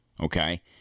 okay